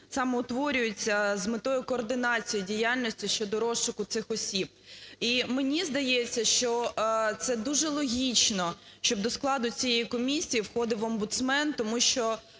саме утворюється з метою координації діяльності щодо розшуку цих осіб. І мені здається, що це дуже логічно, щоб до складу цієї комісії входив омбудсмен, тому що